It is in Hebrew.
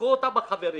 הלכו אותם החברים